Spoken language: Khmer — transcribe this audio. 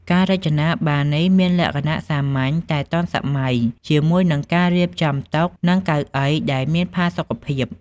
ការរចនាបារនេះមានលក្ខណៈសាមញ្ញតែទាន់សម័យ ជាមួយនឹងការរៀបចំតុ និងកៅអីដែលមានផាសុកភាព។